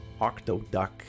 Octoduck